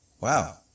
Wow